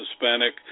Hispanic